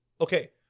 Okay